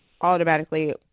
automatically